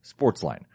sportsline